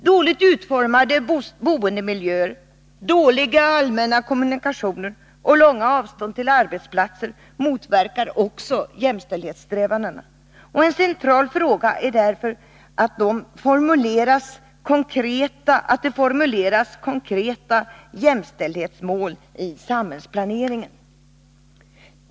Dåligt utformade boendemiljöer, dåliga allmänna kommunikationer och långa avstånd till arbetsplatser motverkar också jämställdhetssträvandena. En central fråga är därför att det formuleras konkreta jämställdhetsmål i samhällsplaneringen.